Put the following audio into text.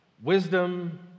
Wisdom